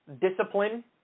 discipline